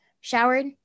showered